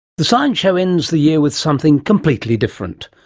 the science show ends the year with something completely different.